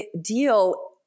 deal